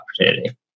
opportunity